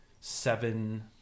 seven